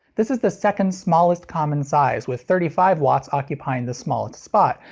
this is the second smallest common size, with thirty five watts occupying the smallest spot,